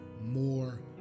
more